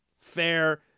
fair